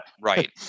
Right